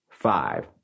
Five